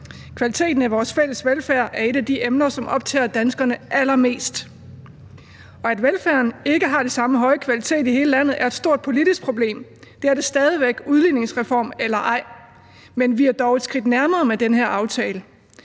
Kvaliteten af vores fælles velfærd er et af de emner, som optager danskerne allermest. Og at velfærden ikke har den samme høje kvalitet i hele landet, er et stort politisk problem. Det er det stadig væk, udligningsreform eller ej. Men vi er dog et skridt nærmere med den her aftale.